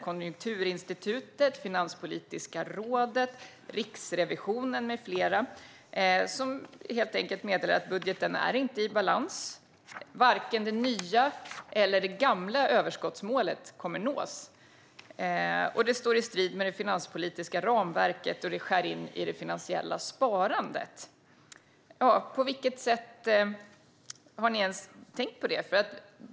Konjunkturinstitutet, Finanspolitiska rådet, Riksrevisionen med flera meddelar helt enkelt att budgeten inte är i balans och att varken det nya eller det gamla överskottsmålet kommer att nås. Detta står i strid med det finanspolitiska ramverket och skär in i det finansiella sparandet. Har ni ens tänkt på detta, Maria Andersson Willner?